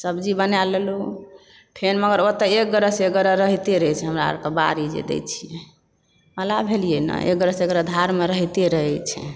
सब्जी बना लेलुँ फेर मगर ओतए एक गोड़सँ एक गोड़ रहिते रहै छै हमरा आरके बाड़ी जे दय छियै मल्लाह भेलियै न एक गोड़सँ एक गोड़ धारमे रहिते रहै छै